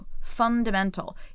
fundamental